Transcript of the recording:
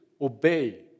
obey